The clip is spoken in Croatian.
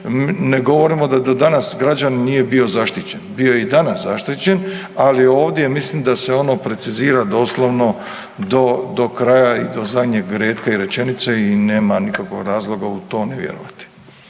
Ne govorimo da do danas građanin nije bilo zaštićen, bio je i danas zaštićen ali ovdje mislim da se ono precizira doslovno do, do kraja i do zadnjeg retka i rečenice i nema nikakvog razloga u to ne vjerovati.